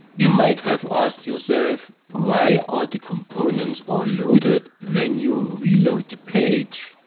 you might have asked yourself why all the components are loaded when you reload the page?